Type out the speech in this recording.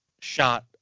shot